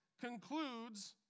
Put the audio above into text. concludes